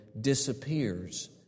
disappears